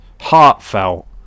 heartfelt